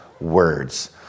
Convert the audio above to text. words